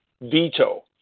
veto